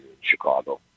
Chicago